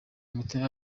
mitima